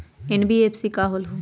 NBFC का होलहु?